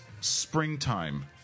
springtime